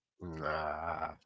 nah